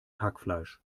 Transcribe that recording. hackfleisch